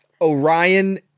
Orion